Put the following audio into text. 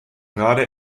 gerade